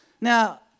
Now